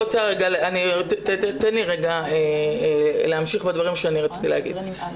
תן לי להמשיך בדברים שרציתי לומר.